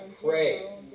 pray